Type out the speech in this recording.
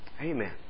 Amen